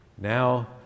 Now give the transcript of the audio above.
Now